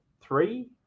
Three